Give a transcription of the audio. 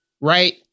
right